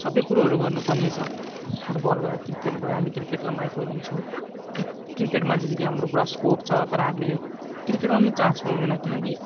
सबै कुरोहरू गर्नु पर्ने छ फुट बल भयो क्रिकेट भयो हामी क्रिकेटलाई महत्त्व दिन्छौँ क्रिकेटमा जस्तो कि हाम्रो पुरा स्कोप तर हामीले क्रिकेटमा पनि चान्स पाउँदैन किनकि